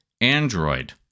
Android